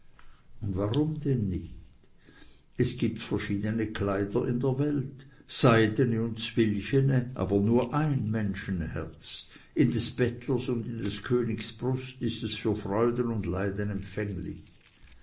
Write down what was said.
und warum denn nicht es gibt verschiedene kleider in der welt seidene und zwilchene aber nur ein menschenherz in des bettlers und in des königs brust ist es für freuden und leiden empfänglich